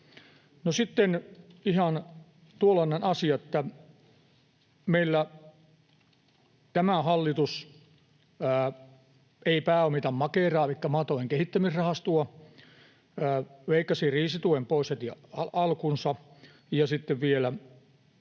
sitten ihan tuollainen asia, että meillä tämä hallitus ei pääomita Makeraa elikkä maatalouden kehittämisrahastoa, se leikkasi kriisituen pois heti alkuunsa, ja sitten vielä